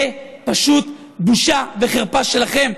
זה פשוט בושה וחרפה שלכם.